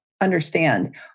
understand